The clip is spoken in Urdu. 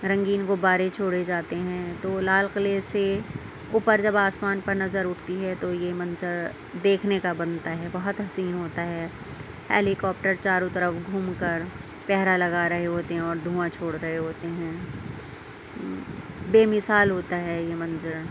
رنگین غُبّارے چھوڑے جاتے ہیں تو لال قلعے سے اوپر جب آسمان پر نظر اٹھتی ہے تو یہ منظر دیکھنے کا بنتا ہے بہت حسین ہوتا ہے ہیلی کاپٹر چاروں طرف گھوم کر پہرا لگا رہے ہوتے ہیں اور دھواں چھوڑ رہے ہوتے ہیں بے مثال ہوتا ہے یہ منظر